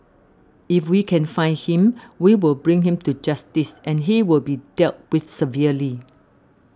if we can find him we will bring him to justice and he will be dealt with severely